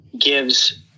gives